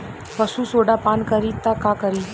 पशु सोडा पान करी त का करी?